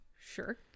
Sure